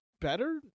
better